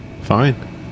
Fine